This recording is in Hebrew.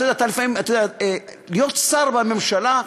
להיות שר בממשלה,